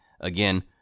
again